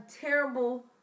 terrible